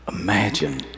Imagine